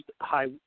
high